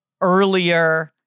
earlier